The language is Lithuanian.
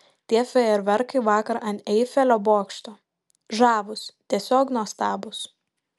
tie fejerverkai vakar ant eifelio bokšto žavūs tiesiog nuostabūs